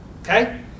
Okay